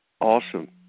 Awesome